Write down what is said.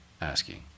asking